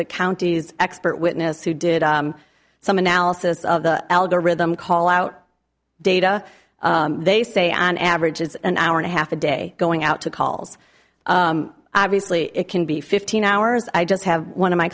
the counties expert witness who did some analysis of the algorithm call out data they say on average is an hour and a half a day going out to calls obviously it can be fifteen hours i just have one of my